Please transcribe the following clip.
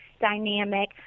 dynamic